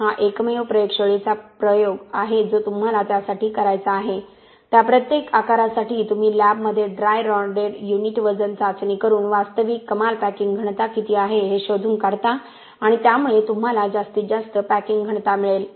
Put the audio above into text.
हा एकमेव प्रयोगशाळेचा प्रयोग आहे जो तुम्हाला त्यासाठी करायचा आहे त्या प्रत्येक आकारासाठी तुम्ही लॅबमध्ये ड्राय रॉडेड युनिट वजन चाचणी करून वास्तविक कमाल पॅकिंग घनता किती आहे हे शोधून काढता आणि त्यामुळे तुम्हाला जास्तीत जास्त पॅकिंग घनता मिळेल